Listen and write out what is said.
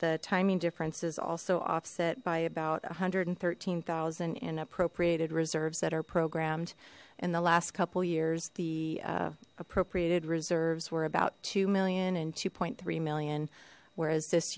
the timing difference is also offset by about a hundred and thirteen thousand in appropriated reserves that are programmed in the last couple years the appropriated reserves were about two million and two point three million whereas this